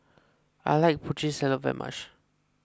I like Putri Salad very much